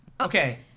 Okay